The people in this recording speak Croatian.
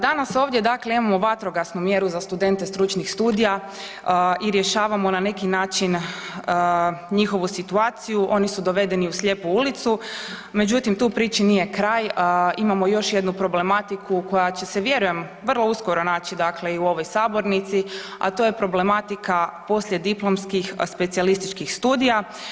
Danas ovdje dakle imamo vatrogasnu mjeru za studente stručnih studija i rješavamo na neki način njihovu situaciju, oni su dovedeni u slijepu ulicu međutim tu priči nije kraj, imamo još jednu problematiku koja će se vjerujem, vrlo uskoro naći dakle i u ovoj sabornici a to je problematika poslijediplomskih specijalističkih studija.